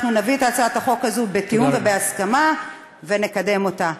אנחנו נביא את הצעת החוק הזו בתיאום ובהסכמה ונקדם אותה.